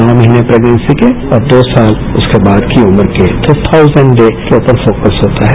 नौ महीने प्रेगनेंसी के और दो साल उसके बाद की उम्र के तो थाउसेंड डेज पर फोकस होता है